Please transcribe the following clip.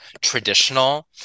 traditional